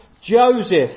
Joseph